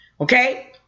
Okay